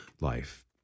life